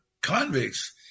convicts